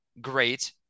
great